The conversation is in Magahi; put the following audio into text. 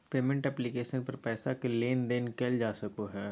पेमेंट ऐप्लिकेशन पर पैसा के लेन देन कइल जा सको हइ